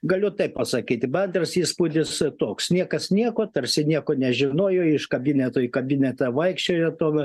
galiu taip pasakyti bendras įspūdis toks niekas nieko tarsi nieko nežinojo iš kabineto į kabinetą vaikščiojo tom